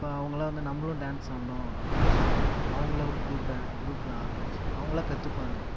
அப்போ அவங்களாம் வந்து நம்மளும் டான்ஸ் ஆடணும் அப்படினு சொல்லிட்டு அவங்களா ஒரு க்ரூப் டா க்ரூப்பு ஆரமிச்சு அவங்களா கற்றுப்பாங்க